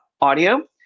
audio